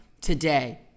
today